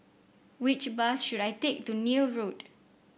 which bus should I take to Neil Road